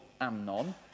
Amnon